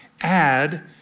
add